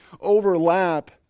overlap